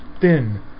thin